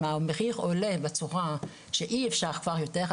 אם המחיר עולה בצורה שאי אפשר כבר יותר,